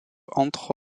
entre